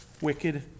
wicked